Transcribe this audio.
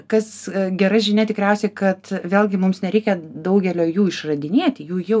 kas gera žinia tikriausiai kad vėlgi mums nereikia daugelio jų išradinėti jų jau